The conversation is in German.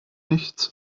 nichts